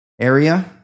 area